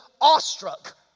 awestruck